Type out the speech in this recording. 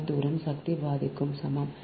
5 சதுரம் சக்தி பாதிக்கு சமம்